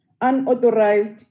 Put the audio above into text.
unauthorized